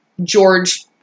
George